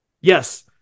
yes